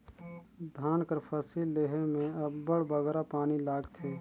धान कर फसिल लेहे में अब्बड़ बगरा पानी लागथे